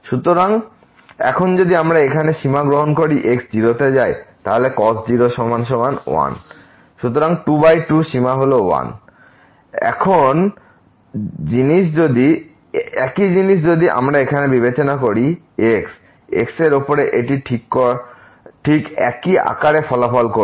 সুতরাং এখন যদি আমরা এখানে সীমা গ্রহণ করি x 0 তে যায় তাহলে cos 0 হল 1 সুতরাং 22 সীমা হল 1 একই জিনিস যদি আমরা এখানে বিবেচনা করি x এর ওপরে এটি ঠিক একই আকারে ফলাফল দেবে